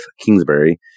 Kingsbury